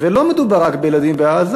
ולא מדובר רק בילדים בעזה,